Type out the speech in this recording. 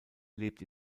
lebt